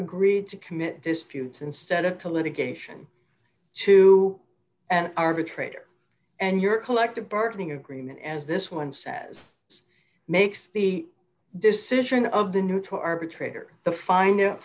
agreed to commit disputes instead of to litigation to an arbitrator and your collective bargaining agreement as this one says is makes the decision of the neutral arbitrator the fin